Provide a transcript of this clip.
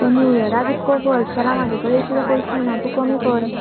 ते न्यू इयराक इतको खर्च केला म्हाजे कडे इतले पयशे ना तूं कमी कर